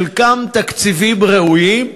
חלקם תקציבים ראויים,